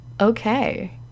okay